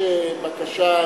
להגיש בקשה,